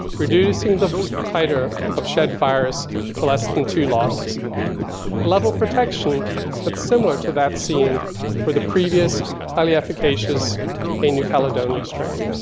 reducing the titer of shed virus to less than two logs. the level of protection is similar to that seen for the previous highly-efficacious a new caledonia strain.